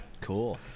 Cool